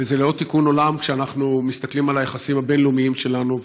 וזה לא תיקון עולם כשאנחנו מסתכלים על היחסים הבין-לאומיים שלנו.